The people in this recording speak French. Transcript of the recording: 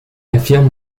affirme